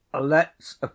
Let's